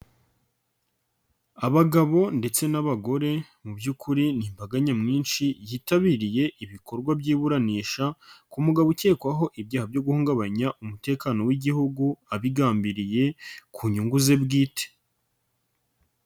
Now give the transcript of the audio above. Abagabo ndetse n'abagore mu by'ukuri n'imbaga nyamwinshi yitabiriye ibikorwa by'iburanisha ku mugabo ukekwaho ibyaha byo guhungabanya umutekano w'igihugu abigambiriye, ku nyungu ze bwite.